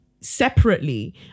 separately